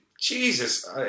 Jesus